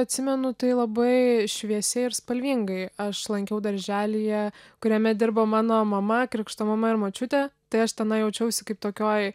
atsimenu tai labai šviesiai ir spalvingai aš lankiau darželyje kuriame dirbo mano mama krikšto mama ir močiutė tai aš tenai jaučiausi kaip tokioj